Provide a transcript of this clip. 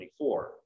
24